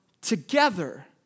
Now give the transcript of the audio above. together